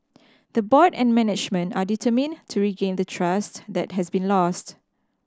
the board and management are determined to regain the trust that has been lost